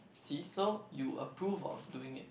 see so you approve of doing it